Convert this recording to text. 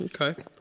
Okay